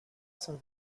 son